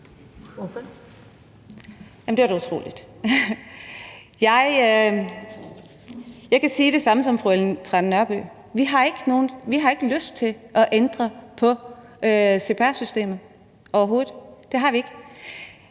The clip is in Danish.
(V): Jamen det er dog utroligt. Jeg kan sige det samme som fru Ellen Trane Nørby: Vi har ikke lyst til at ændre på cpr-systemet, det har vi